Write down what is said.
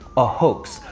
a hoax,